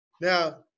Now